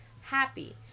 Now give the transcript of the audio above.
happy